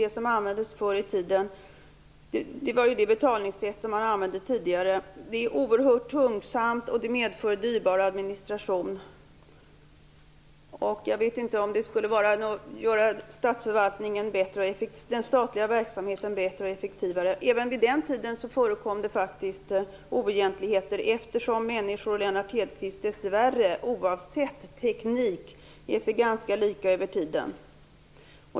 Det var det betalningssätt som användes förr i tiden. Det är oerhört tungt, och det medför dyrbar administration. Jag vet inte om det skulle göra den statliga verksamheten bättre och effektivare. Även på den tiden förekom det faktiskt oegentligheter, Lennart Hedquist, eftersom människor, oavsett teknik, dessvärre är sig ganska lika över tiden.